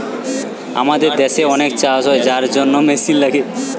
আমাদের দেশে অনেক চাষ হচ্ছে যার জন্যে মেশিন লাগে